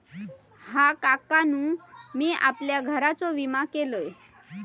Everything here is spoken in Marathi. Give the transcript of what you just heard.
हा, काकानु मी आपल्या घराचो विमा केलंय